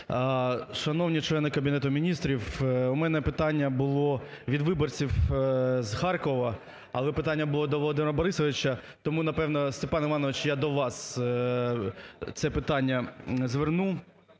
Шановні члени Кабінету Міністрів, у мене питання було від виборців з Харкова, але питання було до Володимира Борисовича, тому, напевно, Степан Іванович, я до вас це питання зверну.